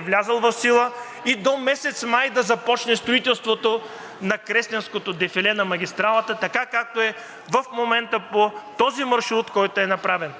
влязла в сила и до месец май да започне строителството на Кресненското дефиле на магистралата, така както е в момента по този маршрут, който е направен.